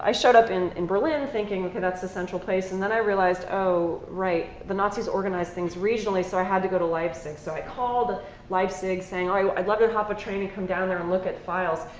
showed up in in berlin, thinking, okay, that's the central place. and then i realized, oh, right, the nazi's organized things regionally. so i had to go to leipzig. so i called leipzig saying, i'd i'd love to to hop a train and come down there and look at files.